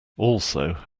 also